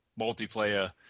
multiplayer